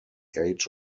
age